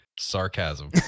sarcasm